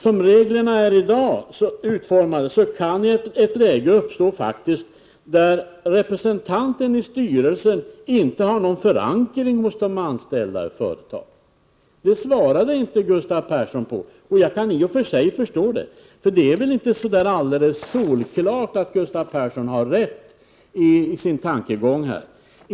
Som reglerna i dag är utformade kan det läget faktiskt uppstå att representanten i styrelsen inte har någon förankring hos de anställda i företaget. Det svarade inte Gustav Persson på. Och det kan jag i och för sig förstå — det är väl inte alldeles solklart att Gustav Persson har rätt i sin tankegång här.